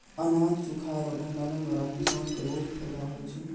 अनाज सुखाय रो भंडारण द्वारा किसान के बहुत फैदा हुवै छै